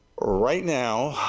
right now,